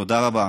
תודה רבה.